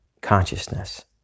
consciousness